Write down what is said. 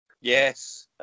Yes